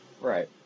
Right